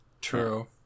True